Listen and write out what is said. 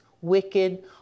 wicked